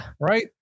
right